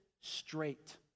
straight